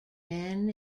men